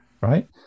right